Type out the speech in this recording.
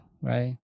right